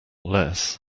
less